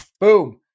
boom